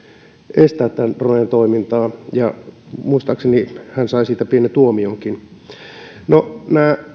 estää dronen toimintaa ja muistaakseni hän sai siitä pienen tuomionkin no